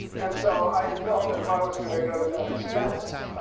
and so, i felt that, if i was gonna go to that expense,